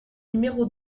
numéro